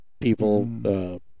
people